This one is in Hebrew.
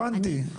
הבנתי,